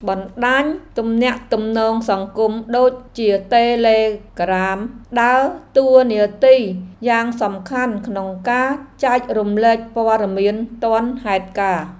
បណ្តាញទំនាក់ទំនងសង្គមដូចជាតេឡេក្រាមដើរតួនាទីយ៉ាងសំខាន់ក្នុងការចែករំលែកព័ត៌មានទាន់ហេតុការណ៍។